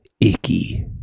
icky